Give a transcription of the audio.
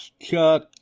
Chuck